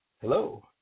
Hello